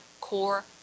core